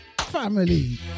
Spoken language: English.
Family